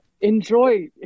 Enjoy